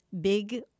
big